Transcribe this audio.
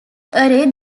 array